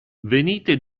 venite